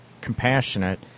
compassionate